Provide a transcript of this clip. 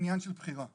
עניין של בחירה.